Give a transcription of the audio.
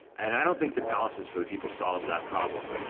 and i don't think the palaces for the people solves that problem.